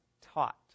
taught